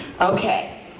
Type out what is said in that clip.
Okay